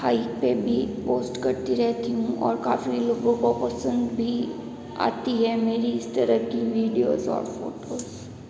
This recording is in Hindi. हाइक पे भी पोस्ट करती रहती हूँ और काफ़ी लोगों को पसंद भी आती है मेरी इस तरह की वीडियोस और फ़ोटोस